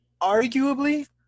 arguably